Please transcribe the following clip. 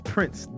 Prince